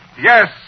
Yes